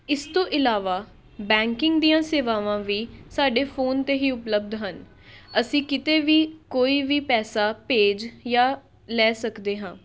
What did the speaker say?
ਇਸ ਤੋਂ ਇਲਾਵਾ ਬੈਂਕਿੰਗ ਦੀਆਂ ਸੇਵਾਵਾਂ ਵੀ ਸਾਡੇ ਫੋਨ 'ਤੇ ਹੀ ਉਪਲਬਧ ਹਨ ਅਸੀਂ ਕਿਤੇ ਵੀ ਕੋਈ ਵੀ ਪੈਸਾ ਭੇਜ ਜਾਂ ਲੈ ਸਕਦੇ ਹਾਂ